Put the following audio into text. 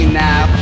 now